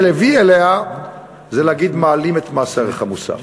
הביא אליה זה להגיד: מעלים את מס ערך מוסף.